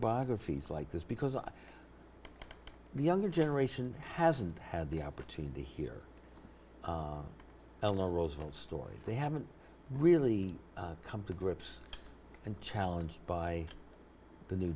biographies like this because our younger generation hasn't had the opportunity here are eleanor roosevelt stories they haven't really come to grips and challenged by the new